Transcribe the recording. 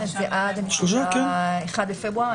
עד ה-1 בפברואר.